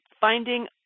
finding